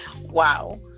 wow